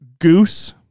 goose